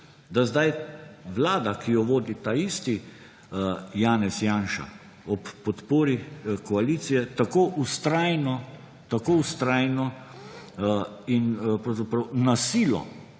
zdaj vlada, ki jo vodi ta isti Janez Janša, ob podpori koalicije tako vztrajno in na silo